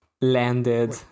landed